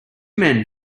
men